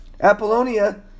Apollonia